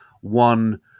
one